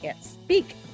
speak